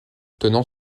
tenant